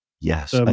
yes